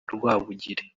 rwabugiri